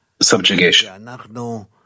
subjugation